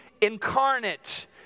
incarnate